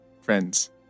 Friends